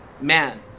man